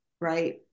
right